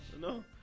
No